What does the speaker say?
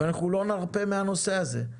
אנחנו לא נרפה מהנושא הזה.